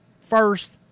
first